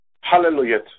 Hallelujah